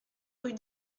rue